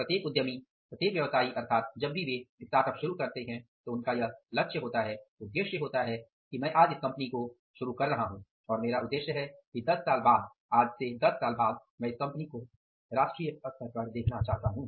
प्रत्येक उद्यमी प्रत्येक व्यवसायी अर्थात जब भी वे स्टार्टअप शुरू करते हैं तो उनका यह उद्देश्य होता है कि मैं आज इस कंपनी को शुरू कर रहा हूं और मेरा उद्देश्य है कि दस साल बाद मैं इस कंपनी को राष्ट्रीय स्तर पर देखना चाहता हूँ